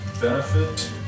benefit